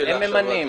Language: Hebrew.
הם ממנים.